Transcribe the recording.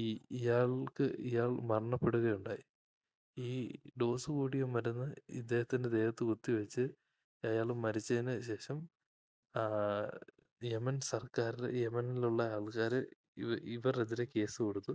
ഈ ഇയാൾക്ക് ഇയാൾ മരണപ്പെടുകയുണ്ടായി ഈ ഡോസ് കൂടിയ മരുന്ന് ഇദ്ദേഹത്തിൻ്റെ ദേഹത്ത് കുത്തിവെച്ച് അയാൾ മരിച്ചതിനുശേഷം യമൻ സർക്കാരിൽ യമനിലുള്ള ആൾക്കാർ ഇവർക്കെതിരെ കേസ് കൊടുത്തു